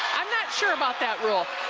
i'm not sure about that rule.